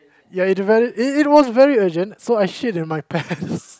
ya you don't have it it it was very urgent so I shit in my pants